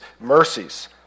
mercies